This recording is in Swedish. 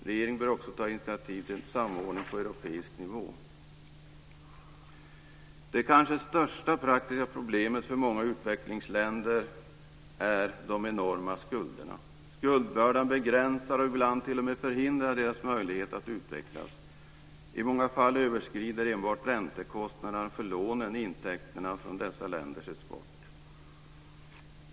Regeringen bör också ta initiativ till en samordning på europeisk nivå. Det kanske största praktiska problemet för många utvecklingsländer är de enorma skulderna. Skuldbördan begränsar och ibland t.o.m. förhindrar deras möjlighet att utvecklas. I många fall överskrider enbart räntekostnaderna för lånen intäkterna från dessa länders export.